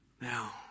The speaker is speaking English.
Now